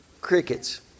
crickets